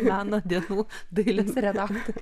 meno dienų dailės redaktorei